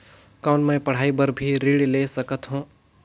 कौन मै पढ़ाई बर भी ऋण ले सकत हो?